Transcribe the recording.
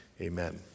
Amen